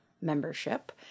membership